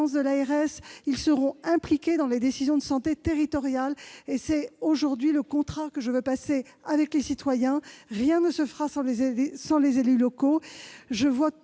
des ARS, et ils seront impliqués dans les décisions de santé territoriales. C'est aujourd'hui le contrat que je veux conclure avec les citoyens : rien ne se fera sans les élus locaux. Je rencontre